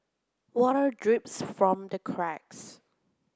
water drips from the cracks